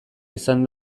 izan